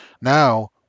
now